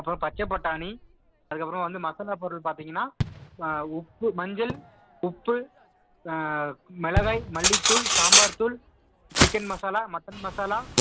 அப்புறம் பச்சைப்பட்டாணி அதுக்கப்புறம் வந்து மசாலா பொருள் பார்த்திங்கன்னா உப்பு மஞ்சள் உப்பு மிளகாய் மல்லிகைத் தூள் சாம்பார் தூள் சிக்கன் மசாலா மட்டன் மசாலா